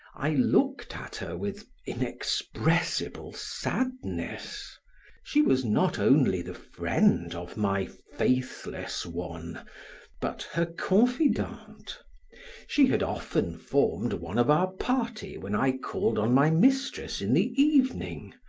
i looked at her with inexpressible sadness she was not only the friend of my faithless one but her confidante. she had often formed one of our party when i called on my mistress in the evening!